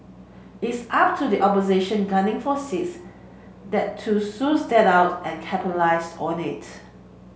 it's up to the opposition gunning for seats there to suss that out and capitalise on it